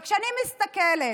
וכשאני מסתכלת,